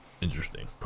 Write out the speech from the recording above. Interesting